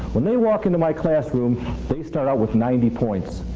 when they walk into my classroom they start out with ninety points.